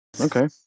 Okay